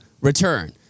return